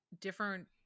different